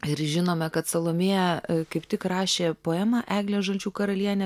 ir žinome kad salomėja kaip tik rašė poemą eglė žalčių karalienė